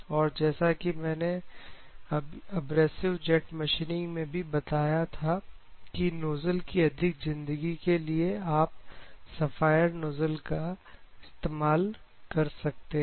और जैसा कि मैंने अब एब्रेसिव जेट मशीनिंग में भी बताया था कि नोजल की अधिक जिंदगी के लिए आप सफायर नोजल का इस्तेमाल कर सकते हैं